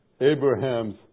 Abraham's